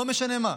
לא משנה מה,